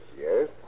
Yes